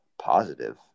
positive